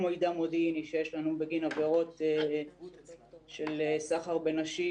או מידע מודיעיני שיש לנו בגין עבירות של סחר בנשים,